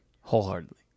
wholeheartedly